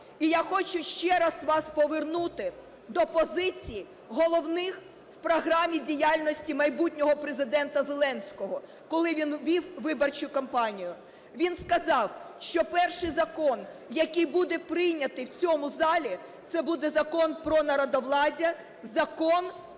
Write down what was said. І я хочу ще раз вас повернути до позицій головних в програмі діяльності майбутнього Президента Зеленського, коли він вів виборчу кампанію. Він сказав, що перший закон, який буде прийнятий в цьому залі, – це буде закон про народовладдя, закон